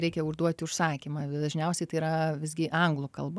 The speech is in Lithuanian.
reikia užduoti užsakymą dažniausiai tai yra visgi anglų kalba